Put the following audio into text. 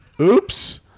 Oops